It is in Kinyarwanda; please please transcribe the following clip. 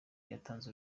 yatanze